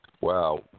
Wow